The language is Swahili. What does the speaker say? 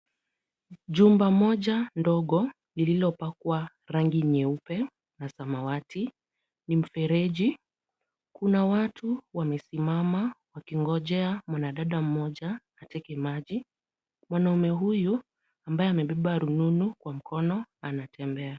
Jumba moja ndogo lililopakwa rangi nyeupe na samawati, ni mfereji. Kuna watu wamesimama wakingojea mwanadada mmoja ateke maji. Mwanaume huyu ambaye amebeba rununu kwa mkono anatembea.